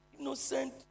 Innocent